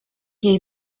jej